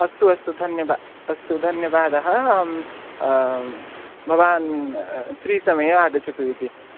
अस्तु अस्तु धन्यबा अस्तु धन्यवादः अहं भवान् फ्री समये आगच्छतु इति